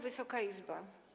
Wysoka Izbo!